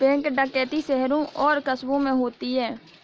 bank डकैती शहरों और कस्बों में होती है